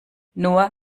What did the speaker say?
nur